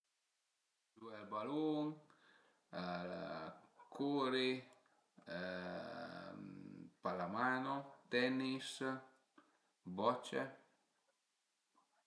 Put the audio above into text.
Giuè al balun curi pallamano, tennis, bocce